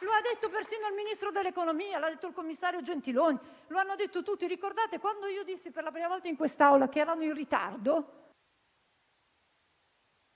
Lo ha detto persino il Ministro dell'economia, lo ha detto il commissario Gentiloni, lo hanno detto tutti. Ricordate quando dissi per la prima volta in quest'Aula che eravamo in ritardo?